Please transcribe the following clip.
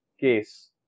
case